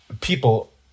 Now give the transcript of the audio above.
people